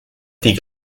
die